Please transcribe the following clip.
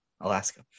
Alaska